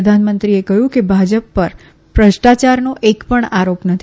પ્રધાનમંત્રીએ કહયું કે ભાજપ પર ભ્રષ્ટાયારનો એક પણ આરોપ નથી